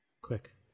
Quick